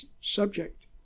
subject